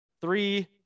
Three